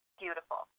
beautiful